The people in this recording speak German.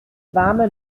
warme